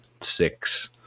six